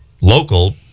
local